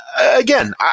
again